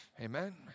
Amen